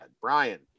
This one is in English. Brian